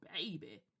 baby